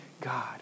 God